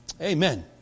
Amen